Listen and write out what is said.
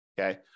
Okay